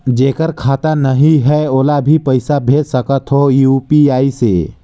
जेकर खाता नहीं है ओला भी पइसा भेज सकत हो यू.पी.आई से?